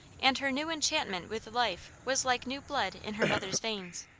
and her new enchantment with life was like new blood in her mother's veins.